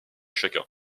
chacun